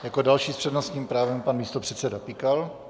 Jako další s přednostním právem pan místopředseda Pikal.